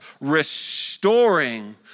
restoring